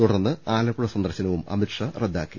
തുടർന്ന് ആലപ്പുഴ സന്ദർശനവും അദ്ദേഹം റദ്ദാക്കി